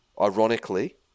Ironically